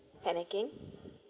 panicking